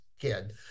kid